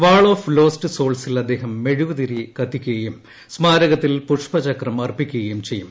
wall of lost സോൾസിൽ അദ്ദേഹം മെഴുകുതിരി കത്തിക്കുകയും സ്മാരകത്തിൽ പുഷ്പചക്രം അർപ്പിക്കുകയും ചെയ്യും